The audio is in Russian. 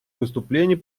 выступлений